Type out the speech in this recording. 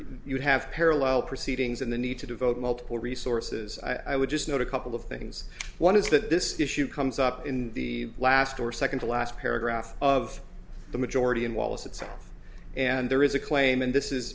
you would have parallel proceedings and the need to devote multiple resources i would just note a couple of things one is that this issue comes up in the last or second to last paragraph of the majority in wallace itself and there is a claim and this is